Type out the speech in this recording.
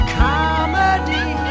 comedy